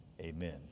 amen